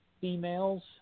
females